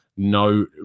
No